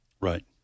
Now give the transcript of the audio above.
Right